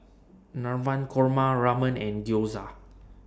Navratan Korma Ramen and Gyoza